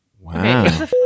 Wow